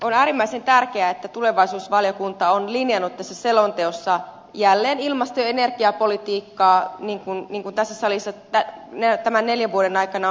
on äärimmäisen tärkeää että tulevaisuusvaliokunta on linjannut tässä selonteossa jälleen ilmasto ja energiapolitiikkaa niin kuin tässä salissa tämän neljän vuoden aikana on paljon tehty